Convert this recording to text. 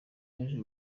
yaje